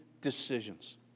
decisions